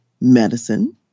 medicine